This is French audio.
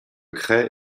craie